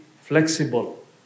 flexible